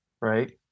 right